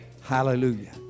hallelujah